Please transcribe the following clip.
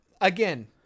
again